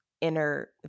inner